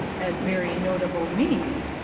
as very notable means,